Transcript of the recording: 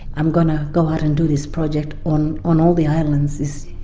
i'm going to go out and do this project on on all the islands, is.